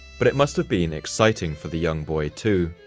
but it must have been exciting for the young boy, too.